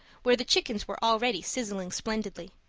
where the chickens were already sizzling splendidly.